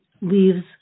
leaves